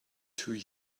two